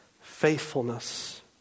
faithfulness